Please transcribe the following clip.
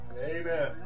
Amen